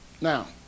Now